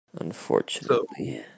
Unfortunately